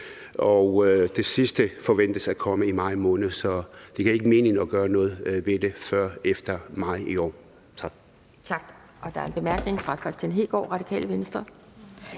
og det sidste forventes at komme i maj måned. Så det giver ikke mening at gøre noget ved det før efter maj i år. Tak.